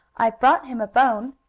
i've brought him a bone,